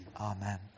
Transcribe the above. Amen